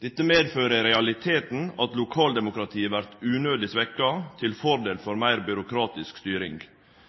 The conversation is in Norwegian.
Dette medfører i realiteten at lokaldemokratiet vert unødig svekt, til fordel for meir byråkratisk styring.